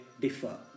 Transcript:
differ